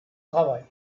travail